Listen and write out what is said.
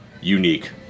unique